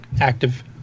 active